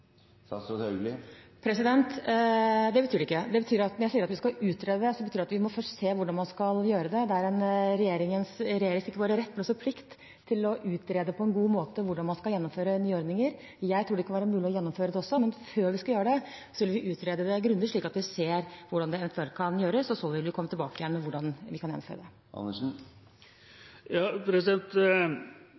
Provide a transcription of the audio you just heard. Det betyr det ikke. Når jeg sier at vi skal utrede, betyr det at vi først må se på hvordan man skal gjøre det. Det er regjeringens ikke bare rett, men også plikt å utrede på en god måte hvordan man skal gjennomføre nye ordninger. Jeg tror det kan være mulig å gjennomføre det også, men før vi gjør det, vil vi utrede det grundig, slik at vi ser hvordan det eventuelt kan gjøres, og så vil vi komme tilbake med hvordan vi kan gjennomføre det.